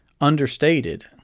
understated